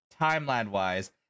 timeline-wise